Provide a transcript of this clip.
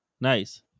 Nice